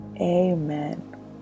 Amen